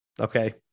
Okay